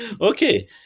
Okay